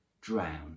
drown